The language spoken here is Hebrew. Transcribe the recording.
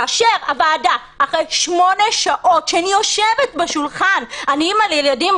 כאשר הוועדה אחרי שמונה שעות שאני יושבת בשולחן אני אימא לילדים,